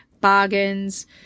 bargains